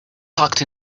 tucked